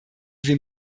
wir